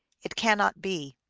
it cannot be.